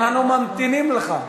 אנחנו ממתינים לך.